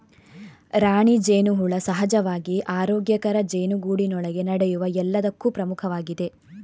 ರಾಣಿ ಜೇನುಹುಳ ಸಹಜವಾಗಿ ಆರೋಗ್ಯಕರ ಜೇನುಗೂಡಿನೊಳಗೆ ನಡೆಯುವ ಎಲ್ಲದಕ್ಕೂ ಪ್ರಮುಖವಾಗಿದೆ